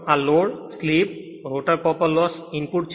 આ load slip rotor copper loss input છે